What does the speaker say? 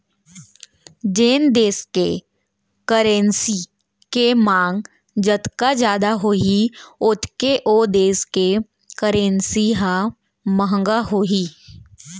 जेन देस के करेंसी के मांग जतका जादा होही ओतके ओ देस के करेंसी ह महंगा होही